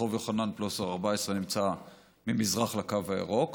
רחוב יוחנן פלוסר 14 נמצא ממזרח לקו הירוק.